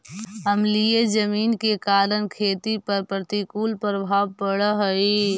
अम्लीय जमीन के कारण खेती पर प्रतिकूल प्रभाव पड़ऽ हइ